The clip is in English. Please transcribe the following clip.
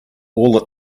all